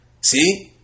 See